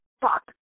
fuck